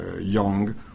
young